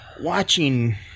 watching